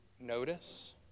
notice